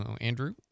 Andrew